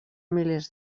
milers